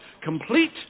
complete